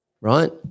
right